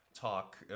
talk